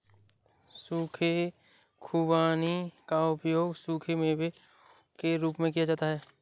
सूखे खुबानी का उपयोग सूखे मेवों के रूप में किया जाता है